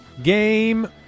Game